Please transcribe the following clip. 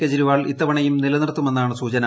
കേജ്രിവാൾ ഇത്തവണയും നിലനിർത്തുമെന്നാണ് സൂചന